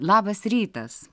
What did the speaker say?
labas rytas